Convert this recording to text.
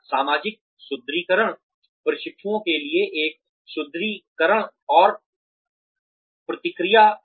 सामाजिक सुदृढीकरण प्रशिक्षुओं के लिए एक सुदृढीकरण और प्रतिक्रिया है